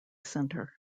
centre